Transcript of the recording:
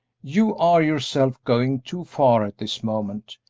you are yourself going too far at this moment.